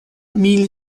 mille